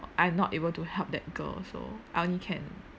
I am not able to help that girl so I only can